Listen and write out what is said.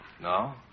No